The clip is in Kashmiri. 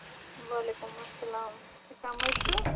وعلیکُم اسلام کٕم حظ چھِو